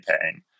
paying